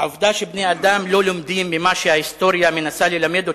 העובדה שבני-אדם לא לומדים ממה שההיסטוריה מנסה ללמד אותם,